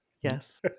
Yes